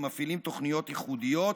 המפעילים תוכניות ייחודיות.